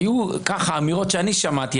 היו אמירות שאני שמעתי,